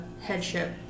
headship